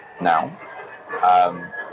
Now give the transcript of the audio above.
now